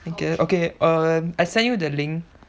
okay um I send you the link